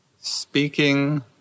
speaking